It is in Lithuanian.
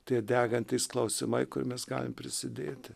tie degantys klausimai kur mes galim prisidėti